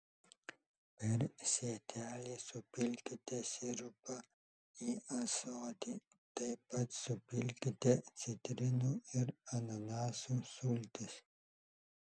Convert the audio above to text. per sietelį supilkite sirupą į ąsotį taip pat supilkite citrinų ir ananasų sultis